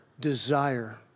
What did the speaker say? desire